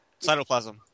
Cytoplasm